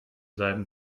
seinem